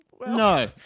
No